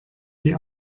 die